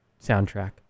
soundtrack